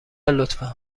لطفا